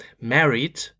married